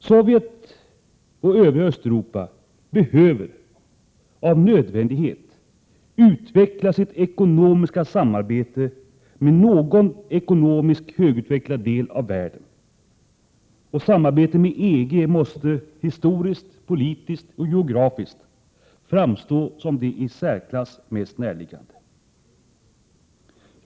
Sovjet och övriga Östeuropa behöver av nödvändighet utveckla sitt ekonomiska samarbete med någon ekonomiskt högutvecklad del av världen, och samarbete med EG måste historiskt, politiskt och geografiskt framstå som det i särklass mest näraliggande.